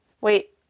Wait